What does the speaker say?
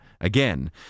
Again